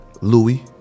Louis